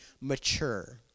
mature